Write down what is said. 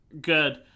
good